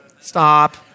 Stop